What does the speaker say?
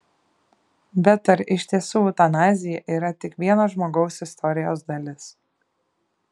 bet ar iš tiesų eutanazija yra tik vieno žmogaus istorijos dalis